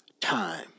time